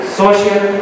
social